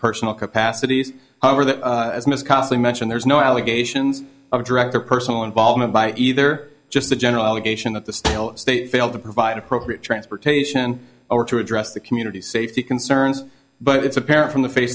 personal capacities however that is most costly mentioned there's no allegations of a direct or personal involvement by either just a general allegation that the state failed to provide appropriate transportation or to address the community safety concerns but it's apparent from the face